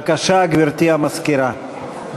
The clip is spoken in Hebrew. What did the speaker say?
בבקשה, גברתי המזכירה.